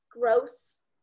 gross